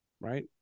right